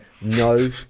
no